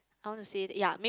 I want to say that yeah mayb~